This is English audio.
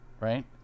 right